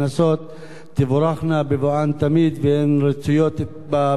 תבורכנה בבואן תמיד, והן רצויות בבית הזה תמיד.